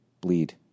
bleed